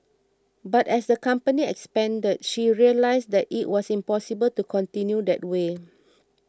but as the company expanded she realised that it was impossible to continue that way